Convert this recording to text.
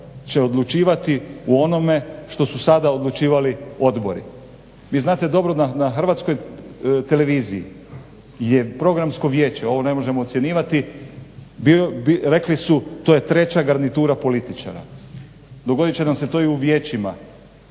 će odlučivati o onome što su sada odlučivali odbori. Vi znate dobro da na Hrvatskoj televiziji je Programsko vijeće, ovo ne možemo ocjenjivati, rekli su to je treća garnitura političara. Dogodit će nam se to i u vijećima